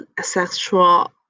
sexual